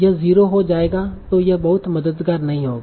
यह 0 हो जाएगा तों यह बहुत मददगार नहीं होगा